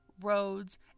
roads